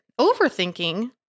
Overthinking